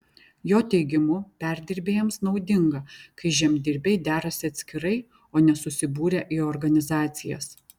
jo teigimu perdirbėjams naudinga kai žemdirbiai derasi atskirai o ne susibūrę į organizacijas